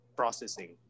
processing